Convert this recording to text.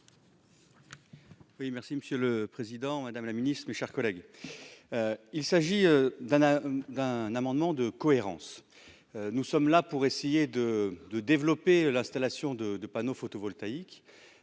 merci Monsieur le Président, Madame la Ministre, mes chers collègues, il s'agit d'un d'un d'un amendement de cohérence, nous sommes là pour essayer de, de développer l'installation de panneaux photovoltaïques